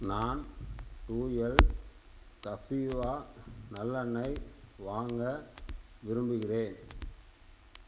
நான் டு எல் கஃபீவா நல்லெண்ணெய் வாங்க விரும்புகிறேன்